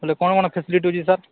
ହେଲେ କ'ଣ କ'ଣ ଫ୍ୟାସିଲିଟି ଅଛି ସାର୍